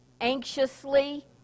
anxiously